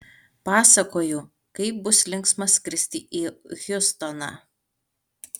pasakoju kaip bus linksma skristi į hjustoną